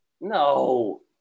no